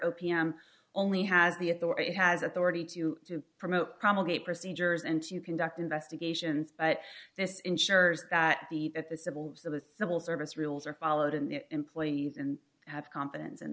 p m only has the authority has authority to promote promulgated procedures and to conduct investigations but this ensures that the at the symbols of the civil service rules are followed and the employees even have confidence in